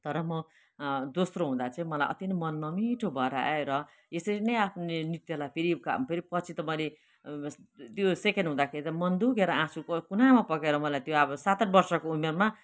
तर म दोस्रो हुदाँ चाहिँ मलाई अति नै मन नमिठो भएर आयो र यसरी नै आफ्नो नृत्यलाई फेरि का फेरि पछि त मैले त्यो सेकेन्ड हुदाँखेरि त मन दुखेर आँसु क कुनामा बगेर त्यो अब सात आठ वर्षको उमेरमा